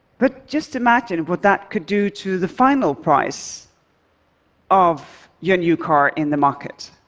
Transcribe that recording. but just imagine what that could do to the final price of your new car in the market.